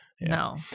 No